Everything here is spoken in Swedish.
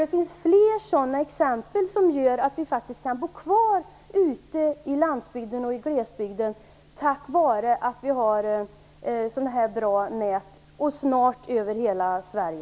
Det finns fler sådana exempel som visar att vi faktiskt kan bo kvar ute på landsbygden och i glesbygden tack vare att vi snart har sådana här bra nät över hela Sverige.